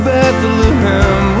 Bethlehem